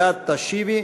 ואת תשיבי: